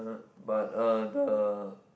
uh but uh the